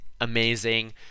amazing